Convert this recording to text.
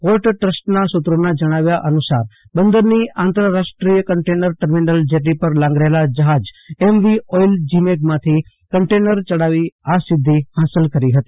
port ટ્રસ્ટના સુત્રોના જણાવ્યા અનુસાર બંદરની આંતરરાષ્ટ્રીય કન્ટેનર ટર્મિનલ જેટી પર લાગરેલા જજાજ એમ વી ઓઈલ જીમેધમાંથી કન્ટેનર ચડાવી આ સિદ્ધિ હાંસલ કરી હતી